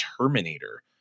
Terminator